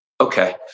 Okay